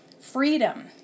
freedom